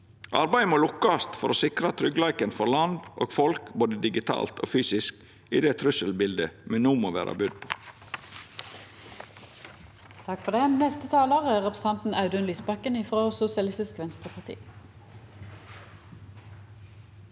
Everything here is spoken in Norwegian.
Arbeidet må lukkast for å sikra tryggleiken for land og folk både digitalt og fysisk i det trusselbildet me no må vera budde på.